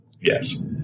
Yes